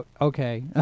Okay